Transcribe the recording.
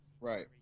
Right